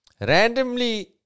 Randomly